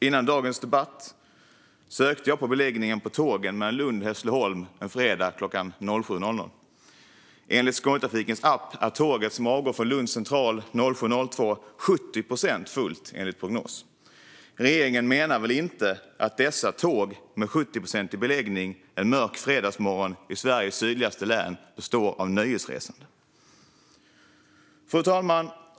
Innan dagens debatt sökte jag på beläggningen på tågen mellan Lund och Hässleholm en fredag klockan 07.00. Enligt Skånetrafikens app är tåget som avgår från Lunds central 07.02 70 procent fullt enligt prognos. Regeringen menar väl inte att dessa tåg med 70-procentig beläggning en mörk fredagsmorgon i Sveriges sydligaste län består av nöjesresande? Fru talman!